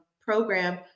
program